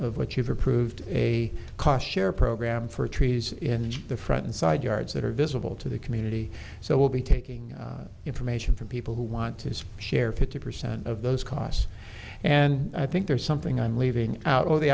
what you've approved a cost sharing program for trees in the and side yards that are visible to the community so we'll be taking information from people who want to share fifty percent of those costs and i think there's something i'm leaving out of the